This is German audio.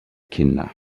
kinder